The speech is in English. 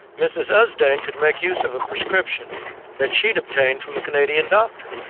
mrs. ah usdane could make use of a prescription that she'd obtained from a canadian doctor.